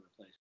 replace